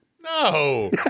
no